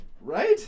Right